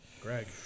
Greg